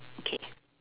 okay